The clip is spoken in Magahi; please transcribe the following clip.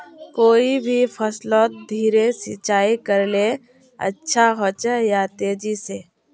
कोई भी फसलोत धीरे सिंचाई करले अच्छा होचे या तेजी से?